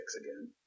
again